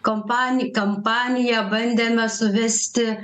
kompani kampaniją bandėme suvesti